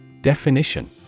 Definition